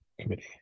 committee